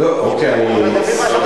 אוקיי, אנחנו מדברים על,